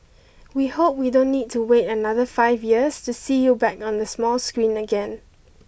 we hope we don't need to wait another five years to see you back on the small screen again